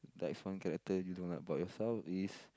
that's one character you don't like about yourself is